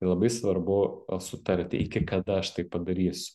tai labai svarbu sutarti iki kada aš tai padarysiu